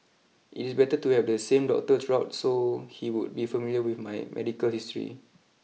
it is better to have the same doctor throughout so he would be familiar with my medical history